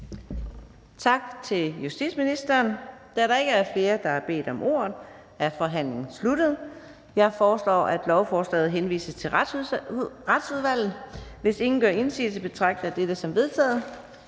korte bemærkninger. Da der ikke er flere, der har bedt om ordet, er forhandlingen sluttet. Jeg foreslår, at lovforslaget henvises til Retsudvalget. Hvis ingen gør indsigelse, betragter jeg dette som vedtaget.